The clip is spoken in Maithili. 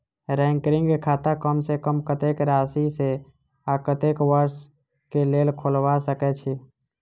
रैकरिंग खाता कम सँ कम कत्तेक राशि सऽ आ कत्तेक वर्ष कऽ लेल खोलबा सकय छी